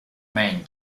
maine